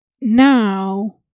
now